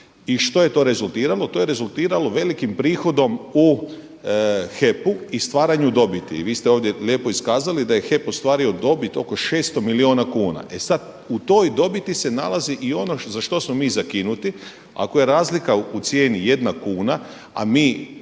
I što je to rezultiralo? To je rezultiralo velikim prihodom u HEP-u i stvaranju dobiti. Vi ste ovdje lijepo iskazali da je HEP ostvario dobit oko 600 milijuna kuna. E sad u toj dobiti se nalazi i ono za što smo mi zakinuti. Ako je razlika u cijeni 1 kn a mi